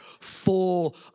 full